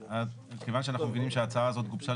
מכיוון שאנחנו מבינים שההצעה הזאת גובשה